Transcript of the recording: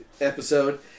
episode